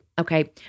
okay